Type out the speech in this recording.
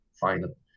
final